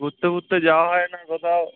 ঘুরতে ফুরতে যাওয়া হয় না কোথাও